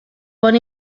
bon